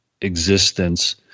existence